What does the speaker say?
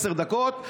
עשר דקות,